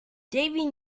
davy